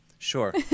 Sure